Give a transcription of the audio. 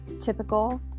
typical